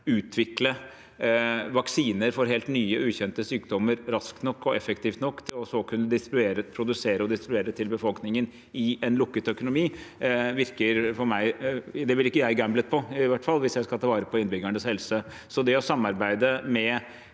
utvikle vaksiner for helt nye og ukjente sykdommer raskt og effektivt nok til så å kunne produsere og distribuere dem til befolkingen i en lukket økonomi, ville i hvert fall ikke jeg gamblet på hvis jeg skal ta vare på innbyggernes helse. Det å samarbeide med